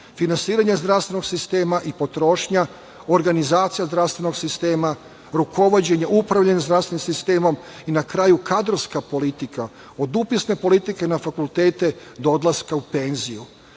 zaštite. Finansiranje zdravstvenog sistema i potrošnja, organizacija zdravstvenog sistema, rukovođenje i upravljanje zdravstvenim sistemom i na kraju kadrovska politika, od upisne politike na fakultete, do odlaska u